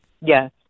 Yes